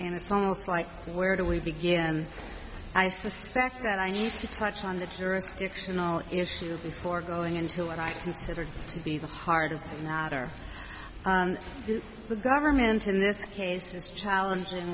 and it's almost like where do we begin i suspect that i need to touch on the jurisdictional issue before going into what i consider to be the heart of the matter is the government in this case is challenging